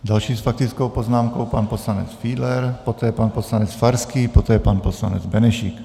Další s faktickou poznámkou pan poslanec Fiedler, poté pan poslanec Farský, poté pan poslanec Benešík.